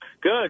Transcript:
good